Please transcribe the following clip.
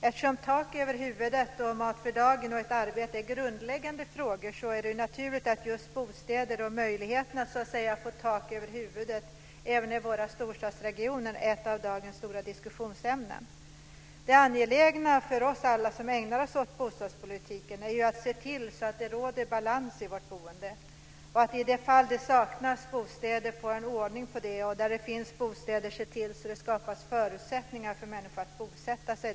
Eftersom tak över huvudet, mat för dagen och ett arbete är grundläggande frågor är det naturligt att just bostäder, möjligheten att få tak över huvudet även i våra storstadsregioner, är ett av dagens stora diskussionsämnen. Det är angeläget för alla som ägnar sig åt bostadspolitiken att se till att det råder balans i boendet. I de fall bostäder saknas måste man få ordning på det, och på orter där det finns bostäder måste man skapa förutsättningar för människor att bosätta sig.